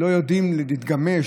שלא יודעים להתגמש,